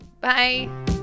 bye